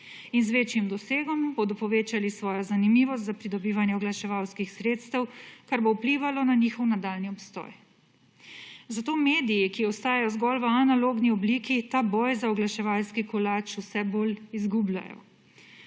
In z večjim dosegom bodo povečali svojo zanimivost za pridobivanje oglaševalskih sredstev, kar bo vplivalo na njihov nadaljnji obstoj. Zato mediji, ki ostajajo zgolj v analogni obliki, ta boj za oglaševalski kolač vse bolj izgubljajo.